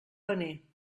paner